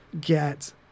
get